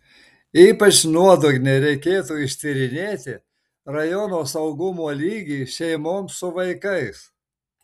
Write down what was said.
ypač nuodugniai reikėtų ištyrinėti rajono saugumo lygį šeimoms su vaikais